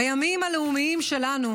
בימים הלאומיים שלנו,